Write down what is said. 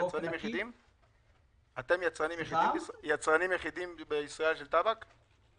אתם יצרנים יחידים של טבק בישראל?